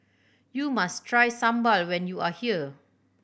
you must try sambal when you are here